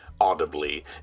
audibly